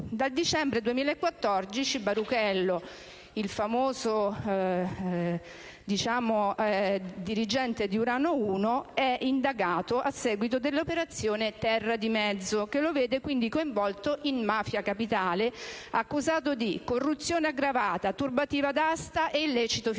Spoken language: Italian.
Dal dicembre 2014, Baruchello - il famoso dirigente di Urano I - è indagato a seguito dell'operazione Terra di mezzo, che lo vede quindi coinvolto in Mafia Capitale, accusato di corruzione aggravata, turbativa d'asta e illecito finanziamento: